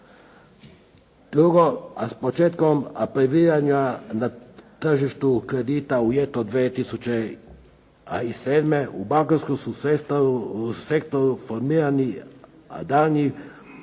Drugo, s početkom previranja na tržištu kredita u ljeto 2007. u bankarskom su sektoru formirani daljnji